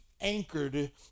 anchored